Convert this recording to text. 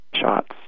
shots